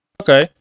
Okay